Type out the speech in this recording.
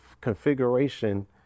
configuration